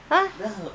uh